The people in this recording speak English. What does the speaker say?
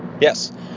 Yes